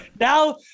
now